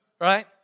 right